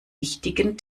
wichtigen